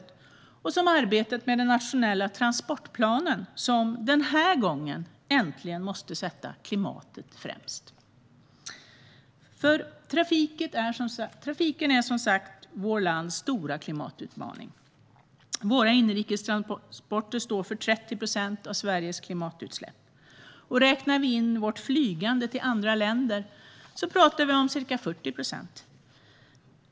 Det gäller också arbetet med den nationella transportplanen som, den här gången, äntligen måste sätta klimatet främst. Trafiken är som sagt vårt lands stora klimatutmaning. Våra inrikestransporter står för 30 procent av Sveriges klimatutsläpp. Räknar vi in vårt flygande till andra länder pratar vi om ca 40 procent.